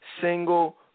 single